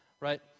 Right